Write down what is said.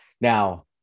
Now